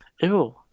Ew